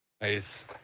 Nice